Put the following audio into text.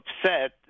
upset